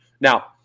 Now